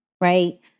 right